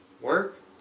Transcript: Work